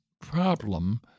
problem